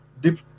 deep